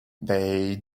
they